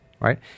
Right